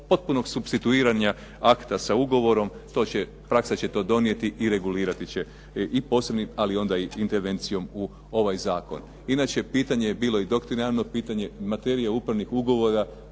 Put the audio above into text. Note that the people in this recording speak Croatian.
potpunog supstituiranja akta sa ugovorom praksa će to donijeti i regulirati će i posebnim, ali onda i intervencijom u ovaj zakon. Inače pitanje je bilo i …/Govornik se ne razumije./… pitanje materija upravnih ugovora